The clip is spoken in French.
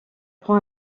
prend